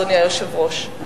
אדוני היושב-ראש,